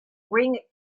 ring